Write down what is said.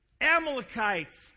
Amalekites